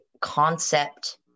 concept